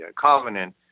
covenant